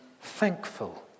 thankful